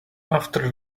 after